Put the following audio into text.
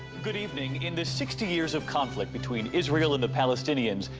good evening. in the sixty years of conflict between israeli and the palestinians,